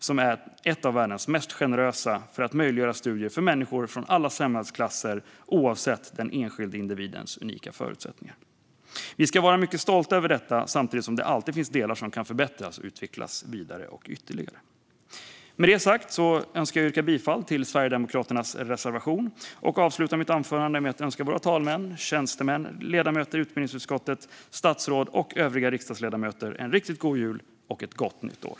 Det är ett av världens mest generösa för att möjliggöra studier för människor från alla samhällsklasser, oavsett den enskilde individens unika förutsättningar. Vi ska vara mycket stolta över detta samtidigt som det alltid finns delar som kan förbättras och utvecklas ytterligare. Med detta sagt önskar jag yrka bifall till Sverigedemokraternas reservation och avsluta mitt anförande med att önska våra talmän, tjänstemän, ledamöter i utbildningsutskottet, statsråd och övriga riksdagsledamöter en riktigt god jul och ett gott nytt år.